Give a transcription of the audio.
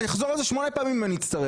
אני אחזור על זה שמונה פעמים אם אני אצטרך,